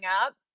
up